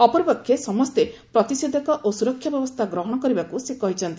ଅପରପକ୍ଷେ ସମସ୍ତେ ପ୍ରତିଷେଧକ ଓ ସୁରକ୍ଷା ବ୍ୟବସ୍ଥା ଗ୍ରହଣ କରିବାକୁ ସେ କହିଛନ୍ତି